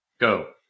Go